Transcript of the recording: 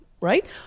right